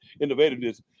innovativeness